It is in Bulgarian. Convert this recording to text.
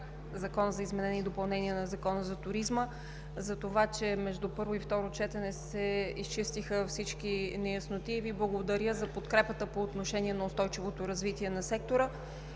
Закона за изменение и допълнение на Закона за туризма, за това че между първо и второ четене се изчистиха всички неясноти. Благодаря Ви и за подкрепата по отношение на устойчивото развитие на сектора.